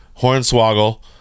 Hornswoggle